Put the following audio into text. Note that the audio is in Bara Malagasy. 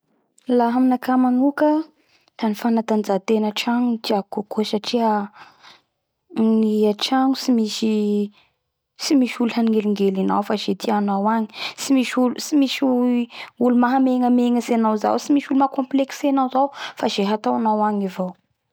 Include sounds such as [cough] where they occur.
La aminaha manoka da ny fanatanjahatena atragno ny tiako kokoa satria ny atragno tsy misy tsy misy olo hanelingely anao fa ze tianao agny tsy misy olo tsy misy olo mahamengnamengatsy anao zao tsy misy olo maha [unintelligible] complexe anao zao fa ze hataonao agny avao